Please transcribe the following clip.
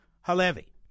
Halevi